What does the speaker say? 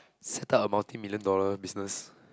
settle a multi million dollar business